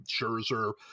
Scherzer